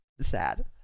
sad